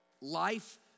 Life